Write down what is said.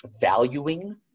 valuing